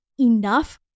enough